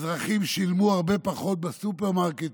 האזרחים שילמו הרבה פחות בסופרמרקטים,